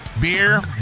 Beer